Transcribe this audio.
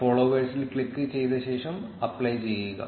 ഫോളോവേഴ്സിൽ click ചെയ്ത ശേഷം apply ചെയ്യുക